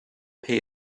pay